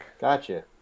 Gotcha